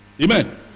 Amen